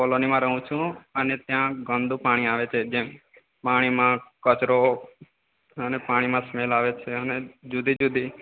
કોલોનીમાં રહું છું અને ત્યાં ગંદુ પાણી આવે છે જેમ પાણીમાં કચરો અને પાણીમાં સ્મેલ આવે છે અને જુદી જુદી